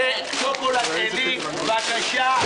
שוקולד עלית בחינם.